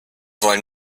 wollen